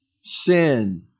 sin